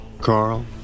Carl